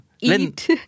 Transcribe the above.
Eat